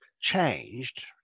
changed